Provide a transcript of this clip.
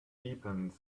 deepened